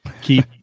keep